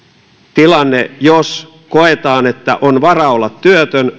tilanne jos koetaan että on varaa olla työtön